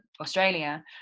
Australia